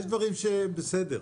יש דברים שהם בסדר,